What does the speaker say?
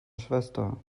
schwester